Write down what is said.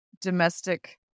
domestic